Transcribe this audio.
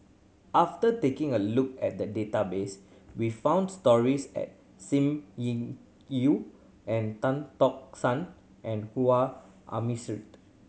after taking a look at the database we found stories at Sim Yi Yew and Tan Tock San and Harun Aminurrashid